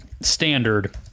standard